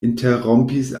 interrompis